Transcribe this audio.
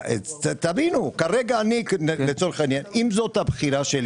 אם זו הבחירה שלי